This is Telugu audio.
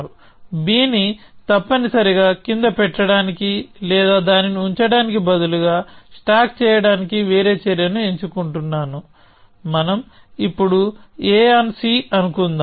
bని తప్పనిసరిగా కింద పెట్టడానికి లేదా దానిని ఉంచడానికి బదులుగా స్టాక్ చేయడానికి వేరే చర్యను ఎంచుకుంటాను మనం ఇప్పుడు a ఆన్ c అనుకుందాం